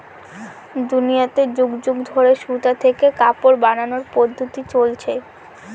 দুনিয়াতে যুগ যুগ ধরে সুতা থেকে কাপড় বানানোর পদ্ধপ্তি চলছে